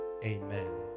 Amen